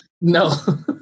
No